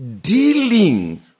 dealing